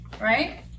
right